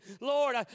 Lord